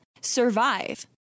survive